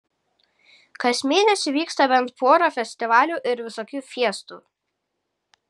kas mėnesį vyksta bent pora festivalių ir visokių fiestų